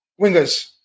wingers